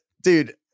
dude